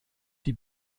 die